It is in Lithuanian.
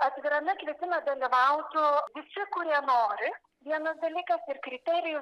atvirame kvietime dalyvautų visi kurie nori vienas dalykas ir kriterijų